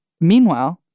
meanwhile